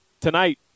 Tonight